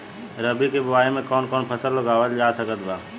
रबी के बोआई मे कौन कौन फसल उगावल जा सकत बा?